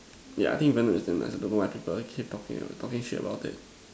ya I think Venom is nice don't know why people keep talking talking shit about it